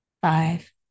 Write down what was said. five